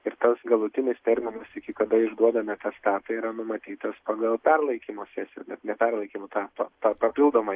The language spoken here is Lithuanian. ir tas galutinis terminas iki kada išduodami atestatai yra numatytas pagal perlaikymo sesiją bet ne perlaikymo tą tą papildomai